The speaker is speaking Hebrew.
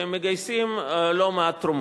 והם מגייסים לא מעט תרומות.